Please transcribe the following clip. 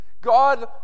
God